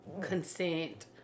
consent